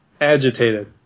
agitated